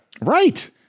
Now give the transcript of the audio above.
right